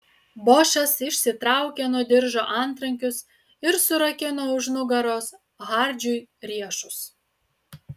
bošas išsitraukė nuo diržo antrankius ir surakino už nugaros hardžiui riešus